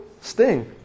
sting